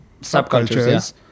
subcultures